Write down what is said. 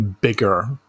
bigger